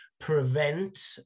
prevent